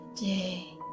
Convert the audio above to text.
day